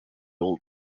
old